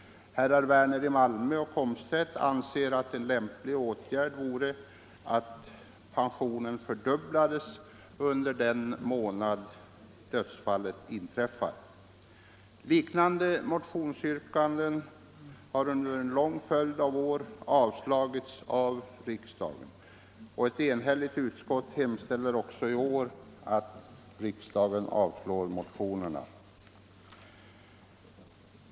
Herrar Werner i Malmö och Komstedt = ningsförsäkring och anser att en lämplig åtgärd vore att pensionen fördubblades under den = obligatorisk månad dödsfallet inträffar. Liknande motionsyrkanden har under lång = grupplivförsäkring följd av år avslagits av riksdagen, och ett enhälligt utskott hemställer också i år att riksdagen avslår motionerna.